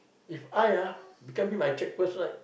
If I ah become him I check first right